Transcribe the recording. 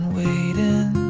waiting